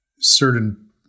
certain